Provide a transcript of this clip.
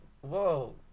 Whoa